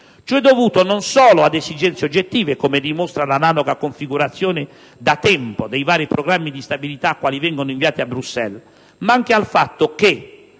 Ciò è dovuto non solo ad esigenze oggettive, come dimostra la analoga configurazione da tempo dei vari Programmi di stabilità quali vengono inviati a Bruxelles, ma anche al fatto che,